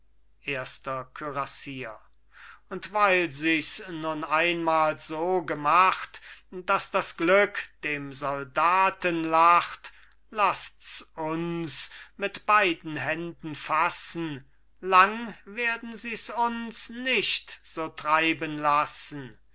erster kürassier und weil sichs nun einmal so gemacht daß das glück dem soldaten lacht laßts uns mit beiden händen fassen lang werden sies uns nicht so treiben lassen